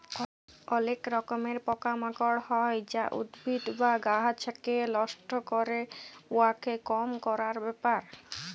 অলেক রকমের পকা মাকড় হ্যয় যা উদ্ভিদ বা গাহাচকে লষ্ট ক্যরে, উয়াকে কম ক্যরার ব্যাপার